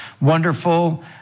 wonderful